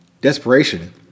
desperation